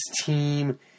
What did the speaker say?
team